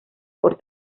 por